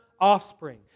offspring